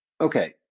okay